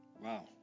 Wow